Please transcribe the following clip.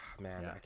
man